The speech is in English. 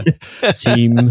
team